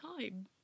time